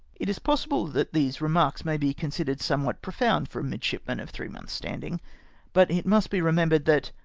it is possible that these remarks may be considered somewhat profound for a midshipman of three months' standing but it must be remembered that,